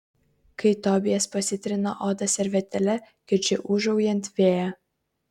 kai tobijas pasitrina odą servetėle girdžiu ūžaujant vėją